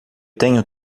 tenho